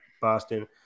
Boston